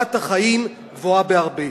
רמת החיים גבוהה בהרבה.